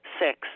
Six